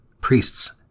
priests